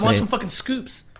like some fucking scoops.